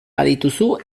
badituzu